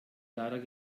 leider